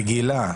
הרגילה,